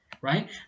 right